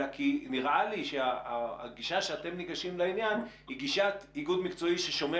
אלא כי נראה לי שהגישה שאתם ניגשים לעניין היא גישת איגוד מקצועי ששומר